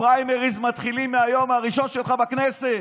הפריימריז מתחילים מהיום הראשון שלך בכנסת.